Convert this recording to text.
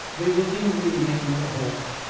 they were lingering yet in the hall,